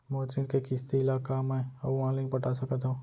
मोर ऋण के किसती ला का मैं अऊ लाइन पटा सकत हव?